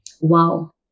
Wow